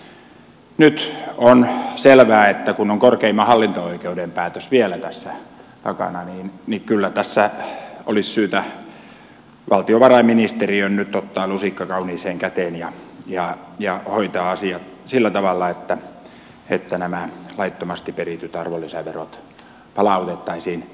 nyt on selvää että kun on korkeimman hallinto oikeuden päätös vielä tässä takana niin kyllä tässä olisi syytä valtiovarainministeriön nyt ottaa lusikka kauniiseen käteen ja hoitaa asia sillä tavalla että nämä laittomasti perityt arvonlisäverot palautettaisiin